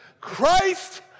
Christ